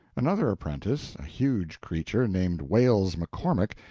another apprentice, a huge creature, named wales mccormick,